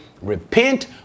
repent